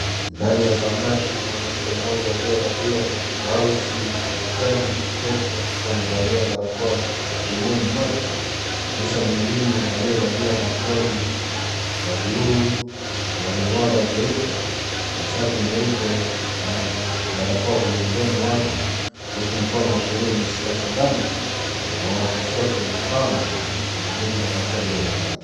Ndani ya zahanati mwanamke mmoja aliyevalia blausi ya kijani ya ketian amevalia barakoa mdomoni mwake kisha mwingine aliyevalia aproni ya buluu na ving'ora vieupe shati nyeupe na barakoa kwenye mdomo wake huku mkono wa kulia umeshika sindano na wa kushoto pamba kumdunga katika bega lake.